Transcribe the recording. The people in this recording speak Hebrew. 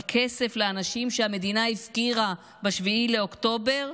אבל כסף לאנשים שהמדינה הפקירה ב-7 באוקטובר,